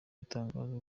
bitangazwa